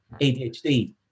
ADHD